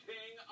King